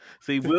See